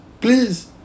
please